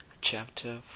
Chapter